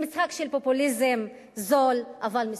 למשחק של פופוליזם זול אבל מסוכן,